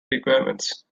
requirements